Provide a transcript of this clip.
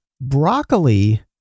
broccoli